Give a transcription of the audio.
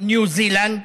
ניו זילנד,